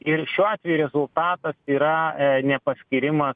ir šiuo atveju rezultatas yra e ne paskyrimas